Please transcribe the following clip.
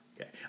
okay